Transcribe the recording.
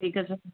ਠੀਕ ਹੈ ਸਰ